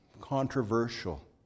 controversial